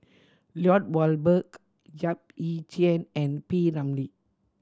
Lloyd Valberg Yap Ee Chian and P Ramlee